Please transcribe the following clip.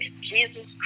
Jesus